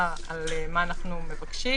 בדומה למה שהיה ביחס למלוניות,